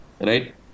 right